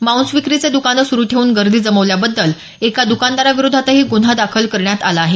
मांस विक्रीचे दकान सुरू ठेवून गर्दी जमवल्याबद्दल एका दुकानदाराविरोधातही गुन्हा दाखल करण्यात आला आहे